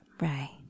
Right